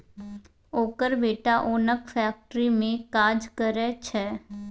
ओकर बेटा ओनक फैक्ट्री मे काज करय छै